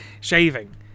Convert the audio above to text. Shaving